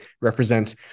represent